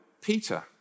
Peter